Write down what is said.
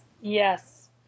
Yes